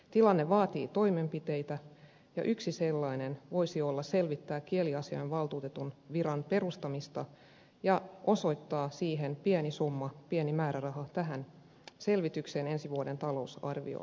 tilanne vaatii toimenpiteitä ja yksi sellainen voisi olla selvittää kieliasiainvaltuutetun viran perustamista ja osoittaa tähän selvitykseen pieni summa pieni määräraha ensi vuoden talousarvioon